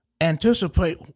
Anticipate